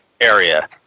area